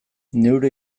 neure